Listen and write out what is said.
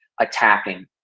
attacking